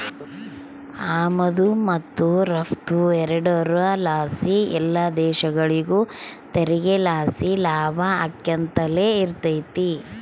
ಆಮದು ಮತ್ತು ರಫ್ತು ಎರಡುರ್ ಲಾಸಿ ಎಲ್ಲ ದೇಶಗುಳಿಗೂ ತೆರಿಗೆ ಲಾಸಿ ಲಾಭ ಆಕ್ಯಂತಲೆ ಇರ್ತತೆ